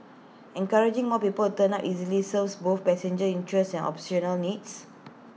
encouraging more people to turn up early serves both passenger interests and operational needs